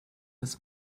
his